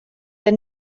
der